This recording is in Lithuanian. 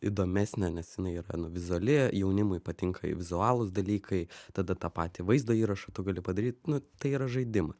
įdomesnė nes jinai yra nu vizuali jaunimui patinka vizualūs dalykai tada tą patį vaizdo įrašą tu gali padaryt nu tai yra žaidimai